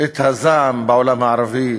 את הזעם בעולם הערבי,